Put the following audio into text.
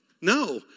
No